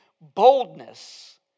boldness